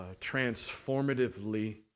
transformatively